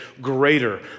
greater